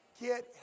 Get